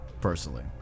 personally